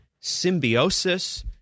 symbiosis